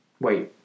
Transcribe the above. Wait